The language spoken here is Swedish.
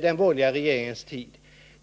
den borgerliga regeringens tid.